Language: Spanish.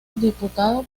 diputado